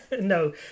No